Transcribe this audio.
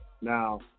Now